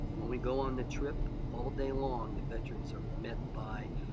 when we go on the trip all day long the veterans are met by